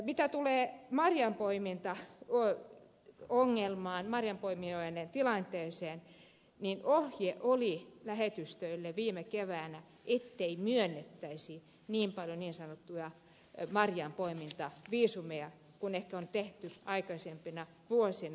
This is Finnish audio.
mitä tulee marjanpoimintaongelmaan marjanpoimijoiden tilanteeseen niin ohje oli lähetystöille viime keväänä ettei myönnettäisi niin paljon niin sanottuja marjanpoimintaviisumeja kuin ehkä on tehty aikaisempina vuosina